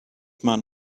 man